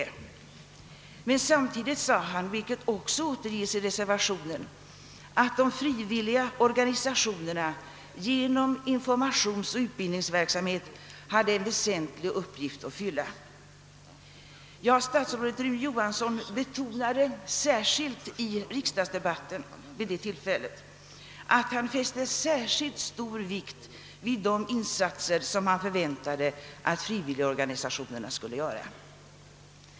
Men samtidigt sade han, vilket också återges i reservationen, att de frivilliga organisationerna genom informationsoch utbildningsverksamhet på detta område hade en väsentlig uppgift att fylla. Statsrådet Rune Johansson betonade sedermera uttryckligen i riksdagsdebatten, att han fäste särskilt stor vikt vid de insatser som han förväntade att frivilligorganisationerna skulle göra.